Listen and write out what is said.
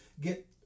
get